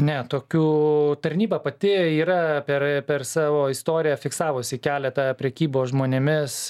ne tokių tarnyba pati yra per per savo istoriją fiksavusi keletą prekybos žmonėmis